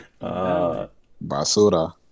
Basura